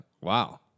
Wow